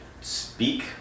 speak